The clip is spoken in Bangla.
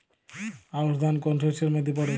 আউশ ধান কোন শস্যের মধ্যে পড়ে?